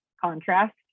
contrast